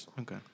Okay